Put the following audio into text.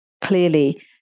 clearly